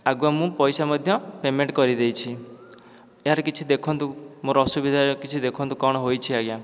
ଆଗୁଆ ମୁଁ ପଇସା ମଧ୍ୟ ପେମେଣ୍ଟ କରିଦେଇଛି ଏହାର କିଛି ଦେଖନ୍ତୁ ମୋର ଅସୁବିଧା କିଛି ଦେଖନ୍ତୁ କଣ ହୋଇଛି ଆଜ୍ଞା